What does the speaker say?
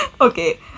Okay